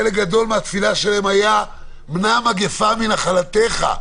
חלק גדול מהתפילה שלהם היה: מנע מגפה מנחלתך.